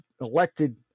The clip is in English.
elected